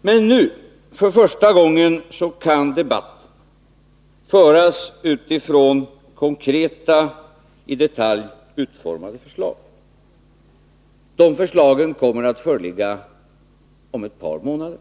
Men nu — för första gången — kan debatten föras utifrån konkreta, i detalj utformade förslag. De förslagen kommer att föreligga om ett par månader.